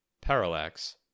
Parallax